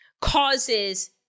causes